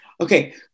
Okay